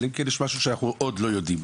אלא אם כן יש משהו שאנחנו עוד לא יודעים,